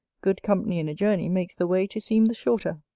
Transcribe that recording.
good company in a journey makes the way to seem the shorter.